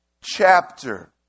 chapter